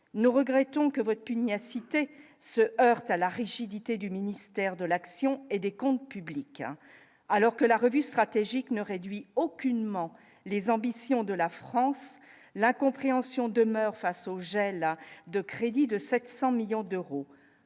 nous regrettons que votre pugnacité se heurte à la rigidité du ministère de l'action et des Comptes publics alors que la revue stratégique ne réduit aucunement les ambitions de la France, l'incompréhension demeure face au gel de crédits de 700 millions d'euros,